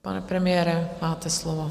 Pane premiére, máte slovo.